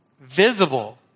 visible